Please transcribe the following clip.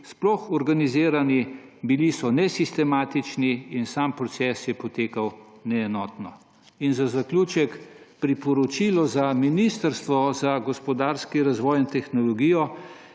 bili organizirani, bili so nesistematični in sam proces je potekal neenotno. In za zaključek, priporočilo za Ministrstvo za gospodarski razvoj in tehnologijo